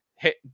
Hit